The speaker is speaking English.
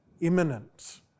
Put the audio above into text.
imminent